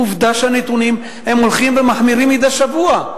עובדה שהנתונים הולכים ומחמירים מדי שבוע.